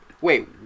Wait